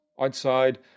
Outside